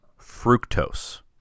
fructose